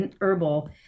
herbal